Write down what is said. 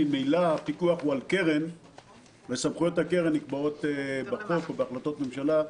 ממילא הפיקוח הוא על קרן וסמכויות הקרן נקבעות בחוק או בהחלטות ממשלה.